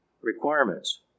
requirements